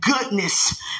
goodness